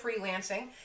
freelancing